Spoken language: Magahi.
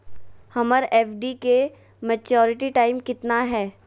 हमर एफ.डी के मैच्यूरिटी टाइम कितना है?